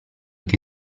che